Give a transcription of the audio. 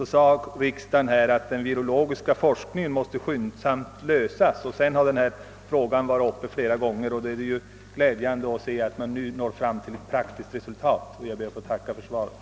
uttalade att den virologiska forskningen skyndsamt måste lösa frågan om denna sjukdoms bekämpande. Sedan dess har spörsmålet varit uppe till behandling flera gånger, och det är alltså glädjande att arbetet nu fått ett praktiskt resultat. Jag ber än en gång att få tacka för svaret.